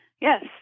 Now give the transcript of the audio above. Yes